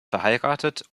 verheiratet